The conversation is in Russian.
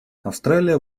австралия